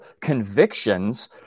convictions